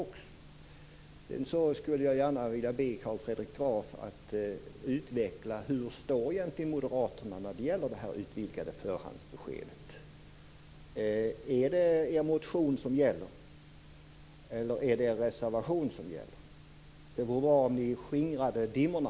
Jag skulle dessutom gärna vilja be Carl Fredrik Graf att utveckla hur moderaterna egentligen står när det gäller det utvidgade förhandsbeskedet. Är det er motion eller är det er reservation som gäller? Det vore bra om ni skingrade dimmorna.